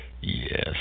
Yes